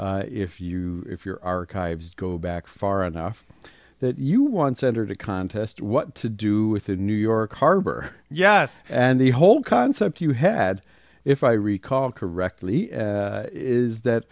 if you if your archives go back far enough that you once entered a contest what to do with the new york harbor yes and the whole concept you had if i recall correctly is that